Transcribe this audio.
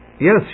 Yes